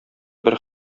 бер